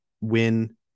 win